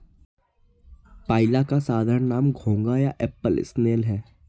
पाइला का साधारण नाम घोंघा या एप्पल स्नेल है